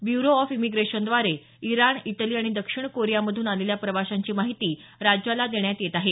bureau of इमिग्रेशनद्वारे Iran Italy आणि दक्षिण कोरिया मधून आलेल्या प्रवाशांची माहिती राज्याला देण्यात येत आहे